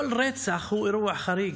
כל רצח הוא אירוע חריג,